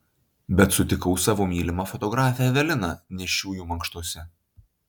bet sutikau savo mylimą fotografę eveliną nėščiųjų mankštose